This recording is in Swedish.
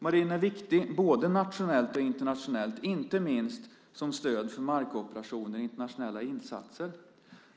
Marinen är viktig både nationellt och internationellt, inte minst som stöd för markoperationer i internationella insatser.